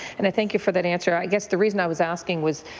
and i thank you for that answer. i guess the reason i was asking was